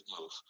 move